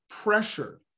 pressured